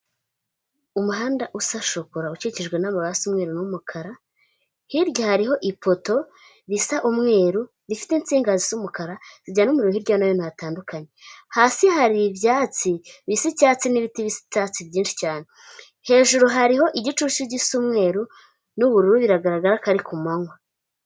Umuhanda usa shokora, ukikijwe n'amabuye asa umweru n'umukara, hirya hariho ipoto risa umweru, rifite insingazi z'umukara, zijyana umuriro hirya no hino hatandukanye, hasi hari ibyatsi bisi icyatsi n'ibiti bisa byatsi byinshi cyane, hejuru hariho igicucu gisa umweruru n'ubururu, biragaragara ko ari ku mankwa.